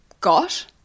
got